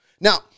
Now